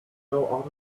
know